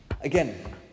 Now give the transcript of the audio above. Again